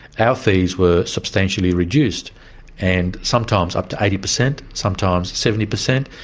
our fees were substantially reduced and sometimes up to eighty per cent, sometimes seventy per cent,